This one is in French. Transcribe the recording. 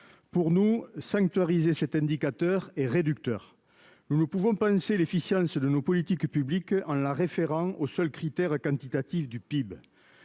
pour nous sanctuarisé cet indicateur est réducteur. Nous ne pouvons penser l'efficience de nos politiques publiques en la référant au seul critère quantitatif du PIB.